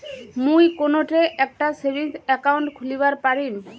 মুই কোনঠে একটা সেভিংস অ্যাকাউন্ট খুলিবার পারিম?